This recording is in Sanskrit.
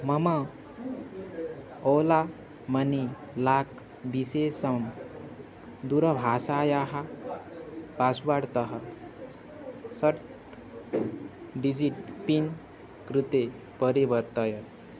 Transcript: मम ओला मनी लाक् विशेषं दूरभाषायाः पास्वर्ड् तः षट् डिजिट् पिन् कृते परिवर्तय